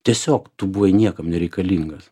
tiesiog tu buvai niekam nereikalingas